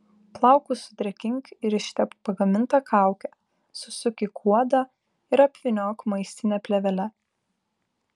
plaukus sudrėkink ir ištepk pagaminta kauke susuk į kuodą ir apvyniok maistine plėvele